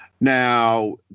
Now